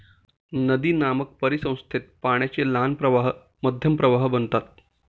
नदीनामक परिसंस्थेत पाण्याचे लहान प्रवाह मध्यम प्रवाह बनतात